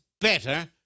better